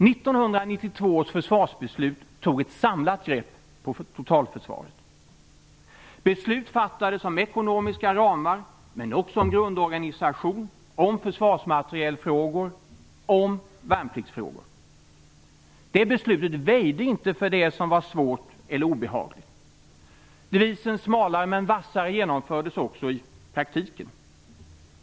1992 års försvarsbeslut tog ett samlat grepp på totalförsvaret. Beslut fattades om ekonomiska ramar men också om grundorganisation, om försvarsmaterielfrågor och om värnpliktsfrågor. Det beslutet väjde inte för det som var svårt eller obehagligt. Devisen smalare men vassare genomfördes också i praktiken.